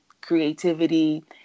creativity